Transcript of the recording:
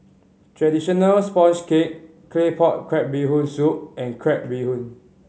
traditional sponge cake Claypot Crab Bee Hoon Soup and crab bee hoon